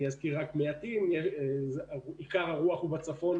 אז אני אזכיר רק מעטים: עיקר הרוח היא בצפון,